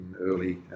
early